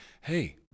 hey